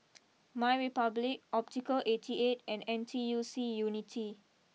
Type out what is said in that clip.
my Republic Optical eighty eight and N T U C Unity